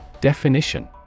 Definition